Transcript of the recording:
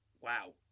wow